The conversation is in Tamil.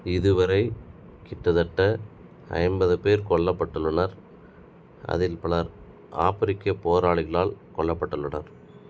இதுவரை கிட்டத்தட்ட ஐம்பது பேர் கொல்லப்பட்டுள்ளனர் அதில் பலர் ஆப்பிரிக்க போராளிகளால் கொல்லப்பட்டுள்ளனர்